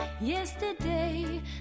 Yesterday